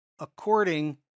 according